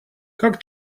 как